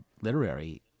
literary